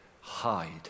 hide